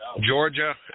Georgia